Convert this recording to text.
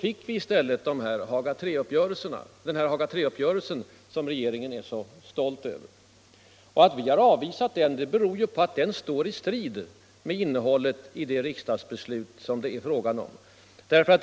I stället fick vi Haga III-uppgörelsen, som regeringen är så stolt över. Att vi har avvisat den beror ju på att den står i strid med innehållet i det riksdagsbeslut som det är fråga om.